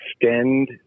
extend